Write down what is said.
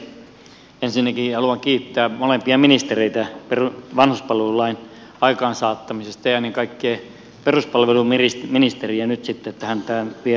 ensinnäkin haluan kiittää molempia ministereitä vanhuspalvelulain aikaan saattamisesta ja ennen kaikkea nyt sitten peruspalveluministeriä että hän tämän vie loppuun saakka